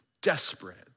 Desperate